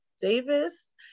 Davis